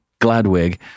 Gladwig